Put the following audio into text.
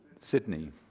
Sydney